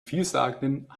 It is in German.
vielsagenden